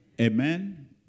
Amen